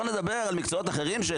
במקצועות אחרים,